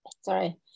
Sorry